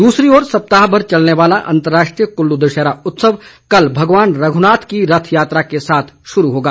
दूसरी ओर सप्ताह भर चलने वाला अंतर्राष्ट्रीय कुल्लू दशहरा उत्सव कल भगवान रघुनाथ की रथ यात्रा के साथ शुरू होगा